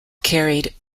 carried